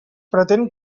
pretén